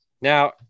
now